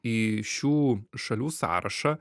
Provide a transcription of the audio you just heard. į šių šalių sąrašą